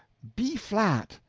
b flat!